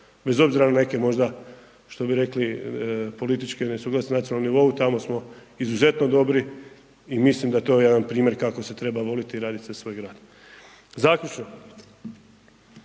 Bez obzira na neke možda što bi rekli političke nesuglasice na nacionalnom nivou, tamo smo izuzetno dobri i mislim da je to jedan primjer kako se treba voliti i raditi za svoj grad. Zaključno,